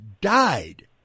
died